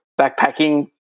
backpacking